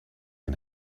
and